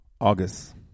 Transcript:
August